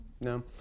No